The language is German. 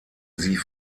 sie